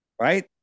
right